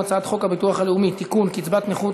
32 תומכים, אין מתנגדים, אין נמנעים.